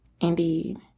Indeed